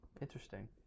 interesting